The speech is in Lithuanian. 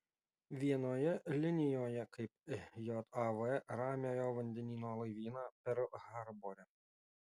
vienoje linijoje kaip jav ramiojo vandenyno laivyną perl harbore